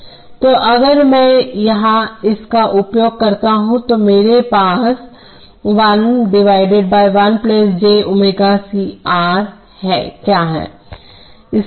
तोअगर मैं यहां इसका उपयोग करता हूं तो मेरे पास 1 1 jω c R क्या है